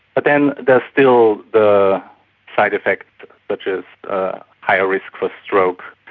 but then there's still the side effect which is higher risk for stroke,